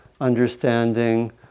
understanding